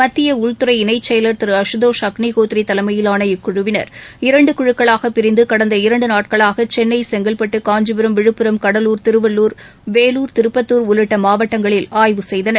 மத்திய உள்துறை இணைச் செயலாளர் திரு அசுதோஷ் அக்னிஹோத்ரி தலைமையிலான இக்குழுவினர் இரண்டு குழுக்களாகப் பிரிந்து கடந்த இரண்டு நாட்களாக சென்னை செங்கல்பட்டு காஞ்சிபுரம் விழுப்புரம் கடலூர் திருவள்ளுர் வேலூர் திருப்பத்தூர் உள்ளிட்ட மாவட்டங்களில் ஆய்வு செய்தனர்